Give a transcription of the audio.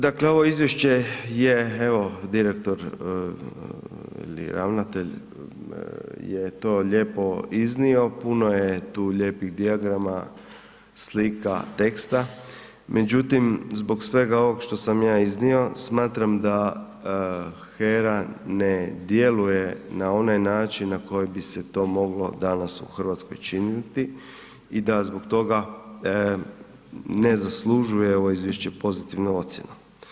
Dakle, ovo izvješće je evo direktor ili ravnatelj je to lijepo iznio, puno je tu lijepih dijagrama, slika, teksta, međutim zbog svega ovoga što sam ja iznio smatram da HERA ne djeluje na onaj način na koji bi se to moglo danas u Hrvatskoj činiti i zbog toga ne zaslužuje ovo izvješće pozitivnu ocjenu.